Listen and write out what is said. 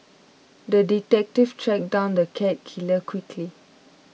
the detective tracked down the cat killer quickly